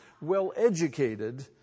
well-educated